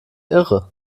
irre